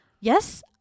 yes